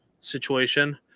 situation